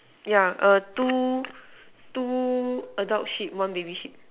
yeah err two two adult seat one baby seat